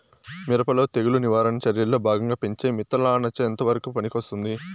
మిరప లో తెగులు నివారణ చర్యల్లో భాగంగా పెంచే మిథలానచ ఎంతవరకు పనికొస్తుంది?